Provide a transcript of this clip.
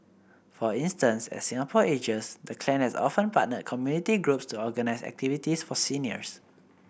for instance as Singapore ages the clan has often partnered community groups to organise activities for seniors